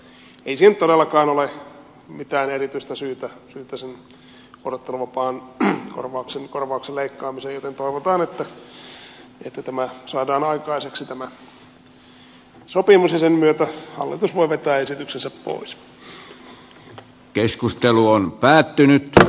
mutta ei todellakaan ole mitään erityistä syytä sen vuorotteluvapaan korvauksen leikkaamiseen joten toivotaan että saadaan aikaiseksi tämä sopimus ja sen myötä hallitus voi vetää esityksensä pois